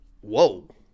Whoa